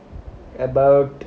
about